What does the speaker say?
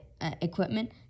equipment